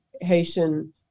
Haitian